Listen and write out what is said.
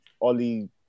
Oli